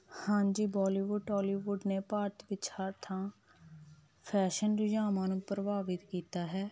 ਹਾਂਜੀ ਬੋਲੀਵੁੱਡ ਟੋਲੀਵੁੱਡ ਨੇ ਭਾਰਤ ਵਿੱਚ ਹਰ ਥਾਂ ਫੈਸ਼ਨ ਰੁਝਾਵਾਂ ਨੂੰ ਪ੍ਰਭਾਵਿਤ ਕੀਤਾ ਹੈ